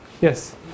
Yes